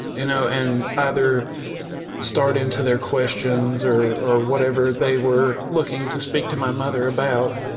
you know, and either start into their questions or or whatever they were looking to speak to my mother about